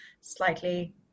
slightly